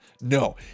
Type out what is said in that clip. No